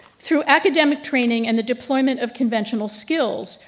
through academic training and the deployment of conventional skills.